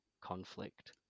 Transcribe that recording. conflict